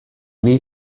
need